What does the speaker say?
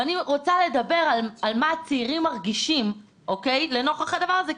ואני רוצה לדבר על מה הצעירים מרגישים לנוכח הדבר הזה,